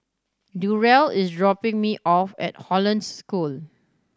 Durell is dropping me off at Hollandse School